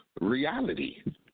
reality